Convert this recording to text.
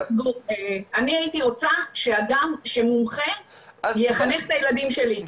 אני הייתי רוצה שאדם מומחה יחנך את הילדים שלי,